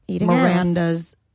Miranda's